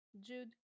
Jude